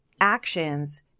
actions